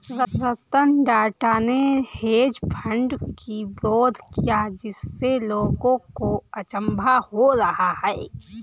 रतन टाटा ने hedge fund की विरोध किया जिससे लोगों को अचंभा हो रहा है